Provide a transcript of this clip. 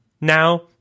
Now